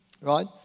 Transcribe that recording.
right